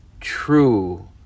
true